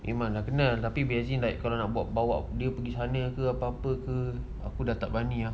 mana kenal tapi like kalau nak bawa dia pergi sana ke buat apa-apa ke aku tak berani